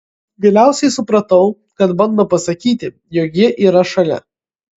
galiausiai supratau kad bando pasakyti jog ji yra šalia